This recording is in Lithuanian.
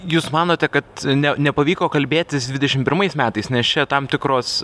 jūs manote kad ne nepavyko kalbėtis dvidešimt pirmais metais nes čia tam tikros